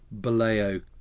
Baleo